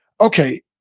Okay